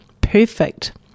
perfect